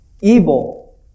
evil